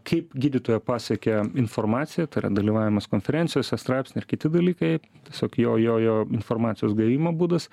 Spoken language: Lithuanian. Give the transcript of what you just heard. kaip gydytoją pasiekia informacija tai yra dalyvavimas konferencijose straipsniai ir kiti dalykai tiesiog jo jo jo informacijos gavimo būdas